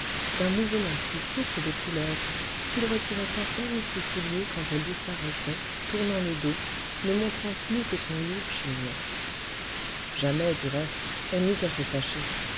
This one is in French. d'un mouvement si souple de couleuvre qu'il retirait à peine ses souliers quand elle disparaissait tournant le dos ne montrant plus que son lourd chignon jamais du reste elle n'eut à se fâcher